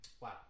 Wow